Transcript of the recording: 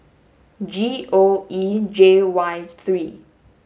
G O E J Y three